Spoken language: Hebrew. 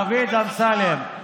דוד אמסלם,